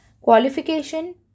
Qualification